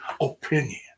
opinion